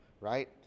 right